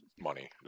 money